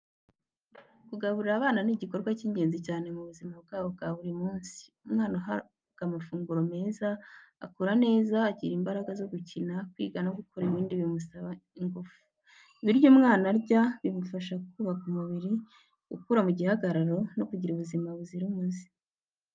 Kugaburira abana ni igikorwa cy’ingenzi cyane mu buzima bwabo bwa buri munsi. Umwana uhabwa amafunguro meza akura neza, agira imbaraga zo gukina, kwiga no gukora ibindi bimusaba ingufu. Ibiryo umwana arya bimufasha kubaka umubiri, gukura mu gihagararo no kugira ubuzima buzira umuze.